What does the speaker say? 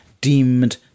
deemed